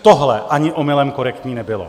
Tohle ani omylem korektní nebylo.